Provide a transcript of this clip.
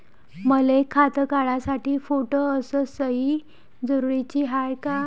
मले खातं काढासाठी फोटो अस सयी जरुरीची हाय का?